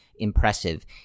impressive